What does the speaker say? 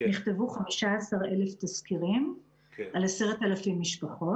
נכתבו 15,000 תסקירים על 10,000 משפחות.